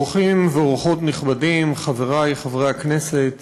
אורחים ואורחות נכבדים, חברי חברי הכנסת,